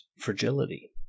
fragility